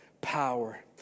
power